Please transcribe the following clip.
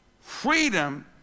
freedom